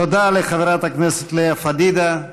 תודה לחברת הכנסת לאה פדידה.